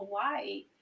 hawaii